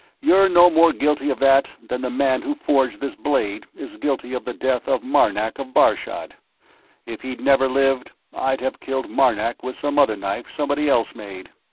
you're no more guilty of that than the man who forged this blade is guilty of the death of marnark of bashad if he'd never lived, i'd have killed marnark with some other knife somebody else made.